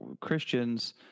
Christians